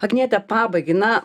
agniete pabaigai na